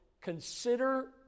consider